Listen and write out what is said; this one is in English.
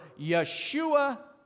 Yeshua